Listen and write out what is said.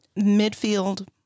midfield